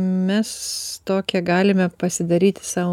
mes tokią galime pasidaryti sau